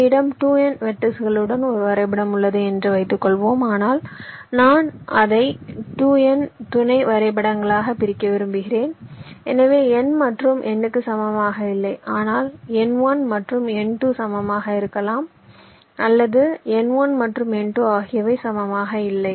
என்னிடம் 2n வெர்ட்டிஸ்களுடன் ஒரு வரைபடம் உள்ளது என்று வைத்துக்கொள்வோம் ஆனால் நான் அதை 2 துணை வரைபடங்களாகப் பிரிக்க விரும்புகிறேன் எனவே n மற்றும் n க்கு சமமாக இல்லை ஆனால் n1 மற்றும் n2 சமமாக இருக்கலாம் அல்லது n1 மற்றும் n2 ஆகியவை சமமாக இல்லை